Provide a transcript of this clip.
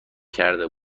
کرده